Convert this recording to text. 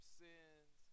sins